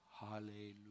hallelujah